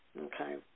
okay